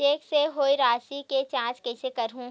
Cheque से होए राशि के जांच कइसे करहु?